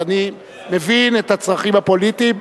אני מבין את הצרכים הפוליטיים,